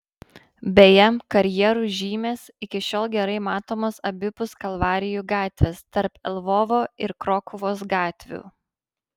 beje karjerų žymės iki šiol gerai matomos abipus kalvarijų gatvės tarp lvovo ir krokuvos gatvių